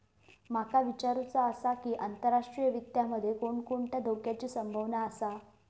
माका विचारुचा आसा की, आंतरराष्ट्रीय वित्त मध्ये कोणकोणत्या धोक्याची संभावना आसा?